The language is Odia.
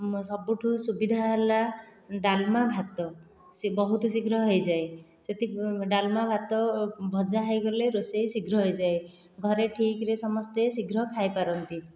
ସବୁଠୁ ସୁବିଧା ହେଲା ଡାଲମା ଭାତ ସେ ବହୁତ ଶୀଘ୍ର ହୋଇଯାଏ ସେଥି ଡାଲମା ଭାତ ଭଜା ହୋଇଗଲେ ରୋଷେଇ ଶୀଘ୍ର ହୋଇଯାଏ ଘରେ ଠିକ ରେ ସମସ୍ତେ ଶୀଘ୍ର ଖାଇପାରନ୍ତି